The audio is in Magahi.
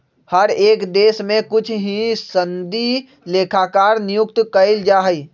हर एक देश में कुछ ही सनदी लेखाकार नियुक्त कइल जा हई